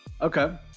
Okay